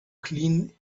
clean